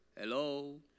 Hello